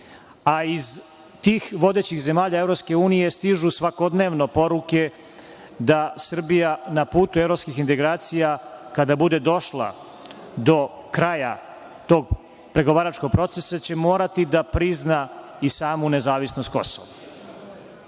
a iz tih vodećih zemalja EU stižu svakodnevno poruke da Srbija na putu evropskih integracija kada bude došla do kraja tog pregovaračkog procesa će morati da prizna i samu nezavisnost